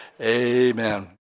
amen